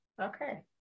Okay